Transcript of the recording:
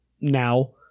now